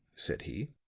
said he,